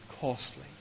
costly